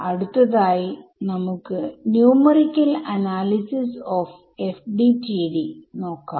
അടുത്തതായി നമുക്ക് numerical analysis of FDTD നോക്കാം